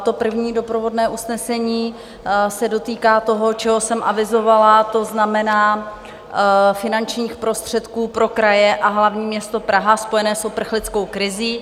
To první doprovodné usnesení se dotýká toho, čeho jsem avizovala, to znamená finančních prostředků pro kraje a hlavní město Prahu spojené s uprchlickou krizí.